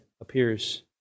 appears